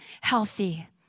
healthy